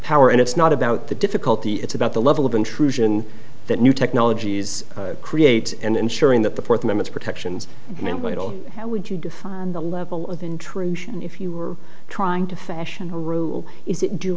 power and it's not about the difficulty it's about the level of intrusion that new technologies create and ensuring that the fourth amendment protections how would you define the level of intrusion if you are trying to fashion a rule is it do